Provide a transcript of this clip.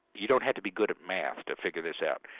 you don't have to be good at math to figure this out.